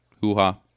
hoo-ha